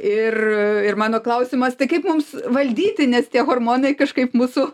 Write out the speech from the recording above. ir mano klausimas tai kaip mums valdyti nes tie hormonai kažkaip mūsų